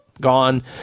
gone